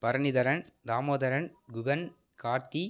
Bharanidharan Damodaran Guhan Karthi